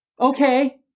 Okay